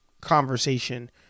conversation